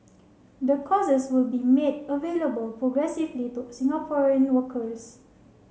the courses will be made available progressively to Singaporean workers